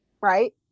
right